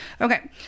Okay